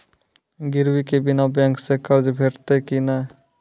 गिरवी के बिना बैंक सऽ कर्ज भेटतै की नै?